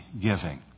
giving